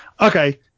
Okay